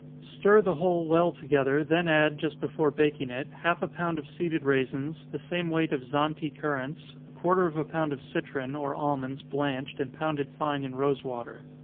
stir the whole well together, then add, just before baking it, half a pound of seeded raisins, the same weight of zante currants, a quarter of a pound of citron, or almonds blanched, and pounded fine in rosewater.